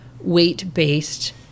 weight-based